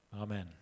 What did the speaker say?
Amen